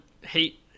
hate